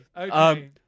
Okay